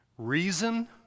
Reason